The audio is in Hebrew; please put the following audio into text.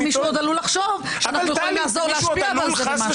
אבל אז מישהו עוד עלול לחשוב --- להשפיע על זה במשהו.